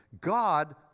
God